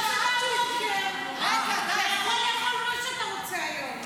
אתה יכול לאכול מה שאתה רוצה היום.